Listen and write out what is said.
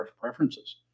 preferences